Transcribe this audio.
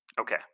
Okay